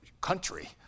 country